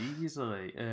easily